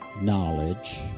knowledge